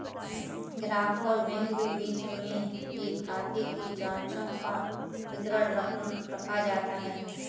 ग्राहक और बैंक के बीच में ही खाते की जांचों का विवरण रखा जाता है